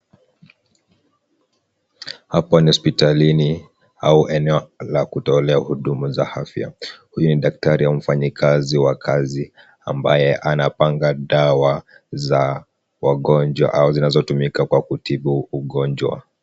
Hapa ni hospitalini ,au eneo la kutolea huduma za afya ,huyu ni daktari au mfanyikazi wa kazi mhudumu wa afya ambaye anapanga dawa za wagonjwa au zinazotumika kutibu wagonjwa.